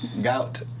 Gout